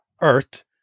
Earth